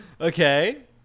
okay